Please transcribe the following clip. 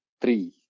three